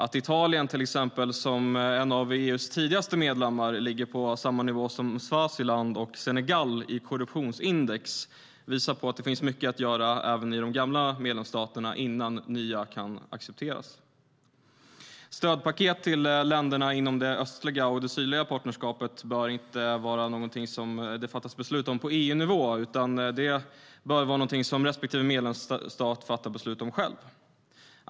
Att till exempel Italien, som en av EU:s tidigaste medlemmar, ligger på samma nivå som Swaziland och Senegal i korruptionsindex visar att det finns mycket att göra även i de gamla medlemsstaterna innan nya kan accepteras. Stödpaket till länderna inom det östliga och det sydliga partnerskapet bör inte vara något som det fattas beslut om på EU-nivå, utan det borde vara något som respektive medlemsstat fattar beslut om själv.